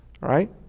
right